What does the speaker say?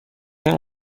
این